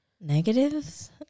Negatives